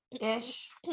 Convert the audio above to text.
ish